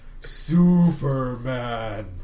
Superman